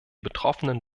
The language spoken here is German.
betroffenen